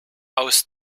aus